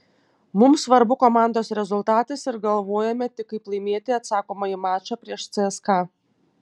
mums svarbu komandos rezultatas ir galvojame tik kaip laimėti atsakomąjį mačą prieš cska